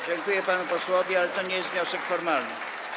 Dziękuję panu posłowi, ale to nie jest wniosek formalny.